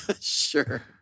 sure